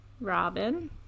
robin